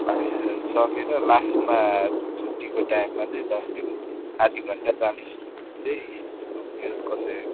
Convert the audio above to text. क्लासेसहरू सकेर लास्टमा छुट्टीको टाइममा चाहिँ तपाईँको आधी घन्टा चालिस चाहिँ नानीहरू कसरी